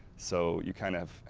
so, you kind of have,